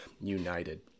united